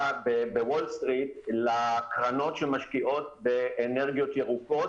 בוול סטריט לקרנות שמשקיעות באנרגיות ירוקות,